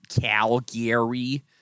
Calgary